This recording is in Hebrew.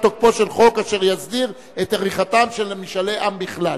תוקפו של חוק אשר יסדיר את עריכתם של משאלי עם בכלל'".